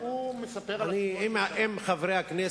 הוא מספר על, הכול